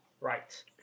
Right